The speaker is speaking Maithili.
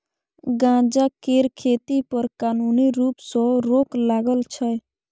गांजा केर खेती पर कानुनी रुप सँ रोक लागल छै